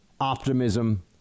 optimism